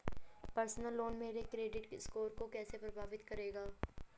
Personal loan मेरे credit score को कैसे प्रभावित करेगा?